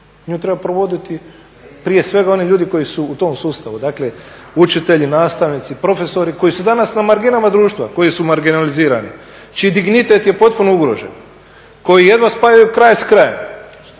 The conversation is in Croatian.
Nju treba provoditi prije svega oni ljudi koji su u tom sustavu dakle učitelji, nastavnici, profesori koji su danas na marginama društva koji su marginalizirani, čiji dignitet je potpuno ugrožen, koji jedva spajaju kraj s krajem.